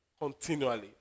continually